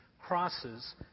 crosses